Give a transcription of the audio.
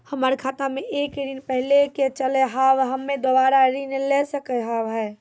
हमर खाता मे एक ऋण पहले के चले हाव हम्मे दोबारा ऋण ले सके हाव हे?